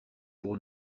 pour